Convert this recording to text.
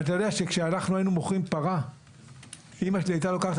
אתה יודע שכשאנחנו היינו מוכרים פרה אימא שלי הייתה לוקחת